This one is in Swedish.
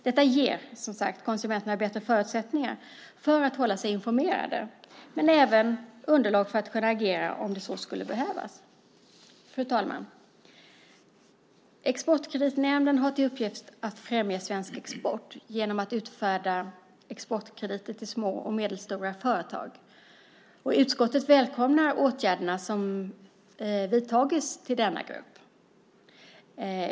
Detta ger som sagt konsumenterna bättre förutsättningar att hålla sig informerade men även underlag för att kunna agera om så skulle behövas. Fru talman! Exportkreditnämnden har till uppgift att främja svensk export genom att utfärda exportkrediter till små och medelstora företag. Utskottet välkomnar åtgärderna som vidtagits till denna grupp.